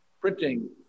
Printing